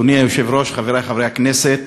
אדוני היושב-ראש, חברי חברי הכנסת,